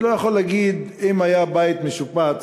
אני לא יכול להגיד, אם הבית היה משופץ,